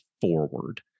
forward